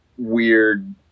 weird